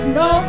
no